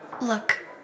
Look